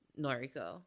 Noriko